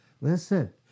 Listen